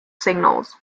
signals